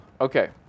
Okay